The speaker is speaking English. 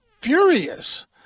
furious